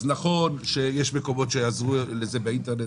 אז נכון שיש מקומות שיעשו את זה באינטרנט.